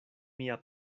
mia